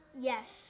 Yes